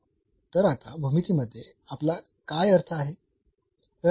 तर आता भूमितीमध्ये आपला काय अर्थ आहे